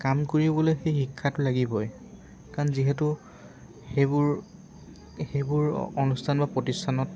কাম কৰিবলৈ সেই শিক্ষাটো লাগিবই কাৰণ যিহেতু সেইবোৰ সেইবোৰ অনুষ্ঠান বা প্ৰতিষ্ঠানত